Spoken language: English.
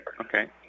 Okay